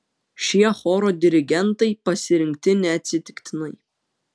šie choro dirigentai pasirinkti neatsitiktinai